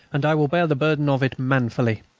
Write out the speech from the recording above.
and i will bear the burden of it manfully.